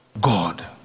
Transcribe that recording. God